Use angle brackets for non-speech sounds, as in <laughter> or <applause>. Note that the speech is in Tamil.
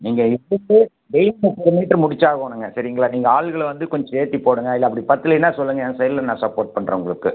நீங்கள் <unintelligible> முடிச்சாகணும்ங்க சரிங்களா நீங்கள் ஆளுகளை வந்து கொஞ்சம் ஏற்றி போடுங்கள் இல்லை அப்படி பத்தலேன்னா சொல்லுங்கள் என் சைடில் நான் சப்போர்ட் பண்ணுறேன் உங்களுக்கு